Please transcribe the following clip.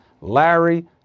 Larry